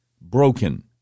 broken